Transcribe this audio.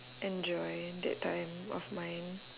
enjoy that time of mine